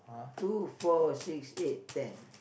two four six eight ten